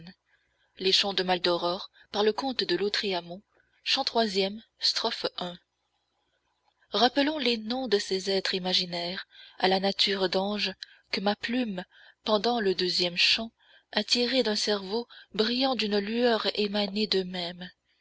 troisième rappelons les noms de ces êtres imaginaires à la nature d'ange que ma plume pendant le deuxième chant a tirés d'un cerveau brillant d'une lueur émanée d'eux-mêmes